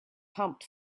pumped